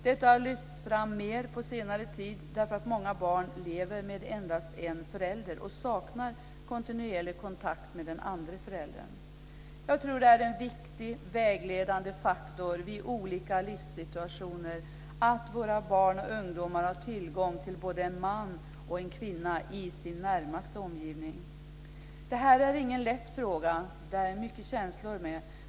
Detta har lyfts fram mer på senare tid därför att många barn lever med endast en förälder och saknar kontinuerlig kontakt med den andra föräldern. Jag tror att det är en viktig vägledande faktor vid olika livssituationer att våra barn och ungdomar har tillgång till både en man och en kvinna i sin närmaste omgivning. Det här är ingen lätt fråga, det är mycket känslor med.